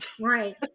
Right